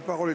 parole